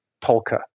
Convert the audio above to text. polka